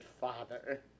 Father